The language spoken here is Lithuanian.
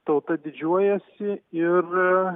tauta didžiuojasi ir